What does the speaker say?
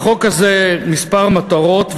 לחוק הזה כמה מטרות.